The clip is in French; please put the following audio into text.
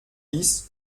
dix